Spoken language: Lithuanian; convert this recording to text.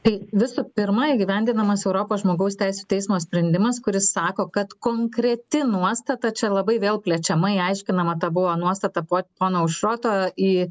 tai visų pirma įgyvendinamas europos žmogaus teisių teismo sprendimas kuris sako kad konkreti nuostata čia labai vėl plečiamai aiškinama ta buvo nuostata po pono aušroto į